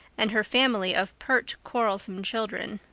and her family of pert, quarrelsome children.